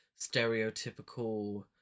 stereotypical